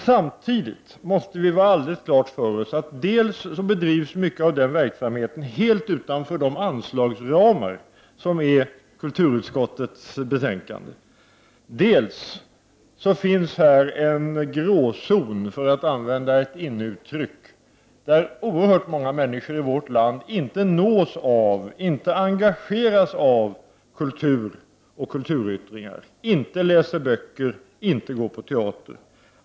Samtidigt måste vi ha alldeles klart för oss dels att mycket av verksamheten bedrivs helt utanför de anslagsramar som vi anger i kulturutskottets betänkande, dels att det här finns en gråzon — för att använda ett inneuttryck — där oerhört många människor i vårt land inte nås av kultur, inte engageras av kultur och kulturyttringar, inte läser böcker och inte går på teater.